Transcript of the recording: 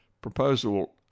Proposal